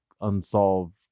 unsolved